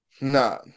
No